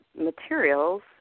materials